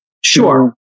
Sure